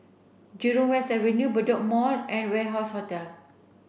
Jurong West Avenue Bedok Mall and Warehouse Hotel